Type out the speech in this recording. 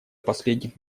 последних